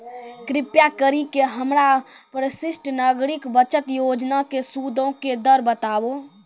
कृपा करि के हमरा वरिष्ठ नागरिक बचत योजना के सूदो के दर बताबो